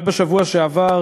רק בשבוע שעבר,